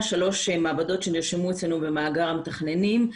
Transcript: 3 מעבדות שנרשמו אצלנו במאגר המתכננים.